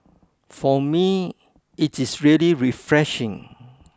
for me it is really refreshing